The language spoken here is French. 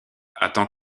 attends